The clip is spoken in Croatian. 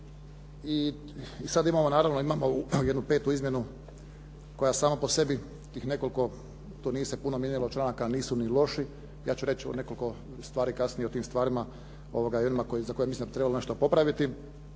I sada imamo naravno ovu 5. izmjenu koja sama po sebi tih nekoliko, to nije se puno mijenjalo članaka, a nisu ni loši. Ja ću reći o nekoliko stvari kasnije o tim stvarima i o onima za koje mislim da bi trebalo nešto popraviti.